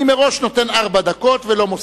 אני נותן מראש ארבע דקות, ולא מוסיף.